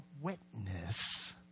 witness